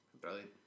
Brilliant